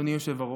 אדוני היושב-ראש,